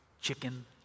chicken